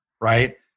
right